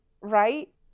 Right